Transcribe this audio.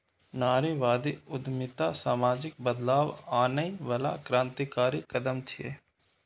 नारीवादी उद्यमिता सामाजिक बदलाव आनै बला क्रांतिकारी कदम छियै